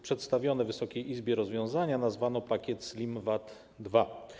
Przedstawione Wysokiej Izbie rozwiązania nazwano pakietem slim VAT 2.